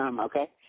Okay